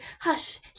hush